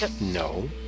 No